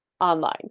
online